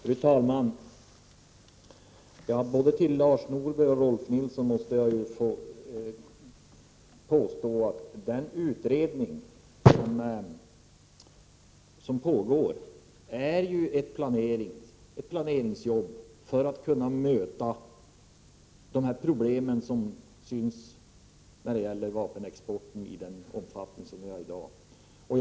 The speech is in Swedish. Fru talman! Jag vill påstå, Lars Norberg och Rolf L Nilson, att den utredning som pågår är ett planeringsarbete för att kunna möta de problem som vapenexporten står inför med den omfattning den har i dag.